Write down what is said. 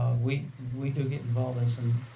we we do get involved in some